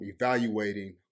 evaluating